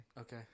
Okay